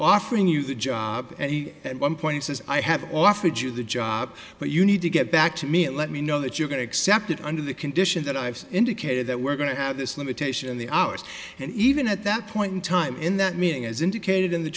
offering you the job and he at one point says i have offered you the job but you need to get back to me and let me know that you're going to accept it under the condition that i've indicated that we're going to have this limitation in the hours and even at that point in time in that meeting as indicated in the